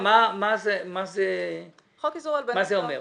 מה זה אומר.